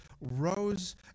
rose